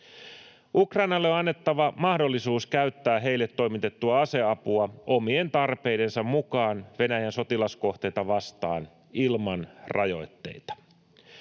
Ukrainalle on annettava mahdollisuus käyttää heille toimitettua aseapua omien tarpeidensa mukaan Venäjän sotilaskohteita vastaan ilman rajoitteita.